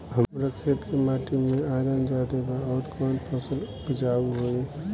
हमरा खेत के माटी मे आयरन जादे बा आउर कौन फसल उपजाऊ होइ?